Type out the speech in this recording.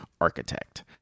architect